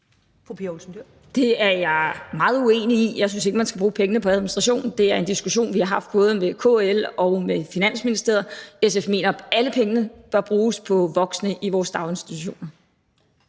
Det er jeg meget uenig i. Jeg synes ikke, at man skal bruge pengene på administration. Det er en diskussion, som vi har haft både med KL og med Finansministeriet. SF mener, at alle pengene bør bruges på voksne i vores daginstitutioner.